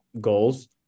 goals